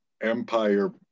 empire